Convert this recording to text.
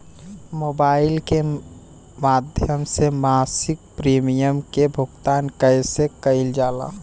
Mobile के माध्यम से मासिक प्रीमियम के भुगतान कैसे कइल जाला?